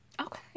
okay